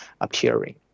appearing